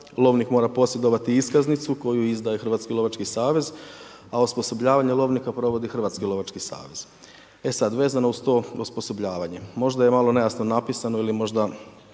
lovnik mora posjedovati iskaznicu koju izdaje Hrvatski lovački savez, a osposobljavanje lovnika provodi Hrvatski lovački savez. E sad, vezano uz to osposobljavanje možda je malo nejasno napisano, ili možda